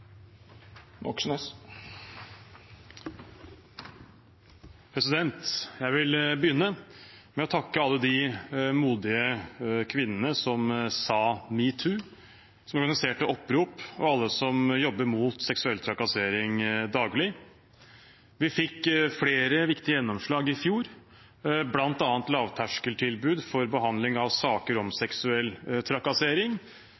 Jeg vil begynne med å takke alle de modige kvinnene som sa: «Me too», og som organiserte opprop, og alle dem som jobber mot seksuell trakassering daglig. Vi fikk flere viktige gjennomslag i fjor, bl.a. lavterskeltilbud for behandling av saker om